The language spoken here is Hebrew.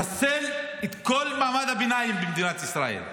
לחסל את כל מעמד הביניים במדינת ישראל,